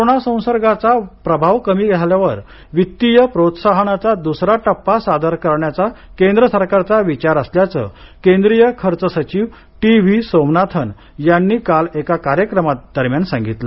corona संसर्गाचा प्रभाव कमी झाल्यावर वित्तीय प्रोत्साहनाचा दुसरा टप्पा सादर करण्याचा केंद्र सरकारचा विचार असल्याचं केंद्रीय खर्च सचिव टी व्ही सोमनाथन यांनी काल एका कार्यक्रमादरम्यान सांगितलं